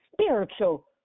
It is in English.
spiritual